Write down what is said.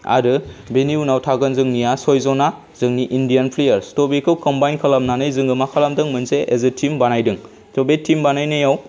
आरो बेनि उनाव थागोन जोंनिया सयजना जोंनि इण्डियान प्लेयार्स त' बेखौ कम्बाइन खालामनानै जोङो मा खालामदों मोनसे एज ए टीम बानायदों त' बे टीम बानायनायाव